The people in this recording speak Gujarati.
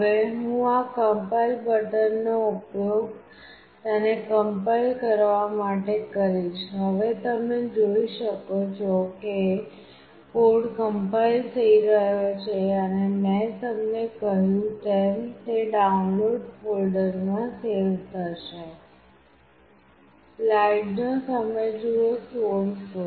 હવે હું આ કમ્પાઇલ બટનનો ઉપયોગ તેને કમ્પાઇલ કરવા માટે કરીશ હવે તમે જોઈ શકો છો કે કોડ કમ્પાઇલ થઈ રહ્યો છે અને મેં તમને કહ્યું તેમ તે ડાઉનલોડ ફોલ્ડરમાં સેવ થઈ જશે